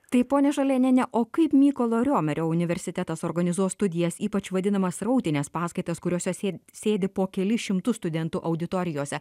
taip ponia žalėniene o kaip mykolo romerio universitetas organizuos studijas ypač vadinamas srautines paskaitas kuriose sėdi po kelis šimtus studentų auditorijose